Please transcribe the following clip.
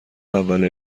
اول